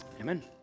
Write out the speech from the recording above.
Amen